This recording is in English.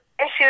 issues